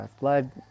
blood